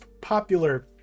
popular